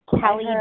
Kelly